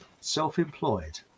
Self-employed